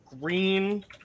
Green